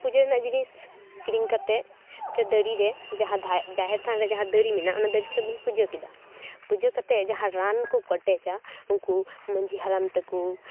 ᱯᱩᱡᱟᱹ ᱨᱮᱱᱟᱜ ᱡᱤᱱᱤᱥ ᱠᱤᱨᱤᱧ ᱠᱟᱛᱮ ᱢᱤᱫᱴᱮᱡ ᱫᱟᱨᱮ ᱨᱮ ᱡᱟᱦᱟᱸ ᱡᱟᱦᱮᱨ ᱛᱷᱟᱱ ᱨᱮ ᱡᱟᱦᱟᱸ ᱫᱟᱨᱮ ᱢᱮᱱᱟᱜ ᱚᱱᱟ ᱫᱟᱨᱮ ᱴᱷᱮᱡ ᱵᱚᱱ ᱯᱩᱡᱟᱹ ᱠᱮᱫᱟ ᱯᱩᱡᱟᱹ ᱠᱟᱛᱮ ᱡᱟᱦᱟᱸ ᱨᱟᱱ ᱠᱚ ᱠᱚᱴᱮᱡᱟ ᱩᱱᱠᱩ ᱢᱟᱺᱡᱷᱤ ᱦᱟᱲᱟᱢ ᱛᱟᱠᱚ